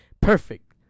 perfect